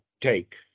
take